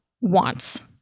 wants